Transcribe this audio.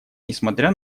несмотря